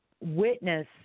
witness